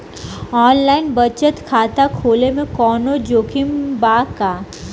Online बचत खाता खोले में कवनो जोखिम बा का?